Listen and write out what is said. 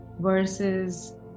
versus